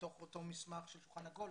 מתוך אותו מסמך של שולחן עגול.